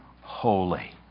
holy